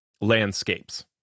landscapes